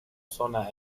sona